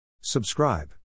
subscribe